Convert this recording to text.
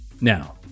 Now